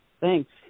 Thanks